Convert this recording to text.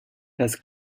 das